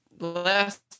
last